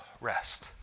rest